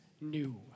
new